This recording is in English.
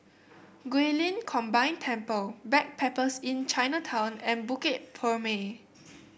Guilin Combine Temple Backpackers Inn Chinatown and Bukit Purmei